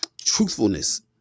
truthfulness